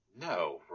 No